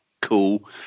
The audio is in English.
cool